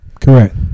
Correct